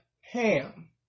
Ham